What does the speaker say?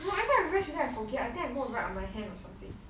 no every time I revise already I forget I think I go and write on my hand or something